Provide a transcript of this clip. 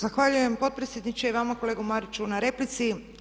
Zahvaljujem potpredsjedniče i vama kolega Mariću na replici.